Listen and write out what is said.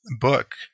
book